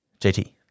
JT